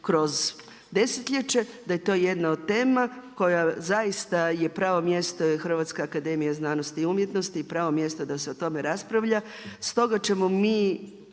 kroz desetljeće, da je to jedna od tema koja zaista je pravo mjesto Hrvatska akademija znanosti i umjetnosti i pravo mjesto da se o tome raspravlja. Stoga ćemo mi